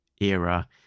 era